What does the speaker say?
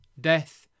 death